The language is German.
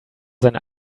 seine